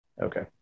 Okay